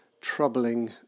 troubling